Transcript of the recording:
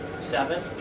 seven